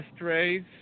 raise